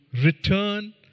return